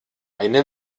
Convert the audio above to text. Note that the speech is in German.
eine